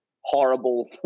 horrible